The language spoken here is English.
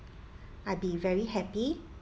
I'd be very happy